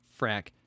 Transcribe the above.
frack